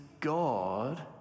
God